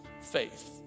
faith